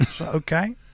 okay